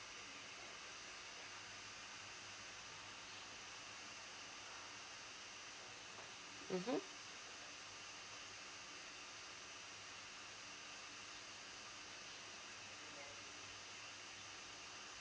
mmhmm